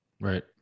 right